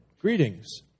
Greetings